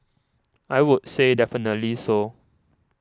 I would say definitely so